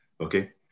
Okay